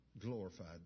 glorified